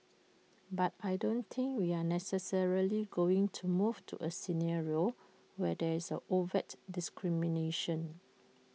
but I don't think we are necessarily going to move to A scenario where there is A overt discrimination